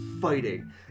fighting